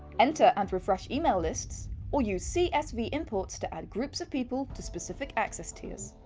enter and refresh email lists or use csv imports to add groups of people to specific access tiers,